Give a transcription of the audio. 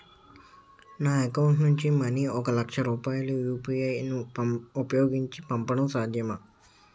నా అకౌంట్ నుంచి మనీ ఒక లక్ష రూపాయలు యు.పి.ఐ ను ఉపయోగించి పంపడం సాధ్యమా?